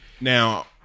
Now-